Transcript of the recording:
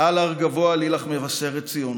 "על הר גבֹהַ עלי לך מבשרת ציון,